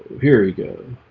here we go